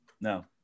No